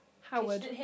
Howard